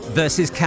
versus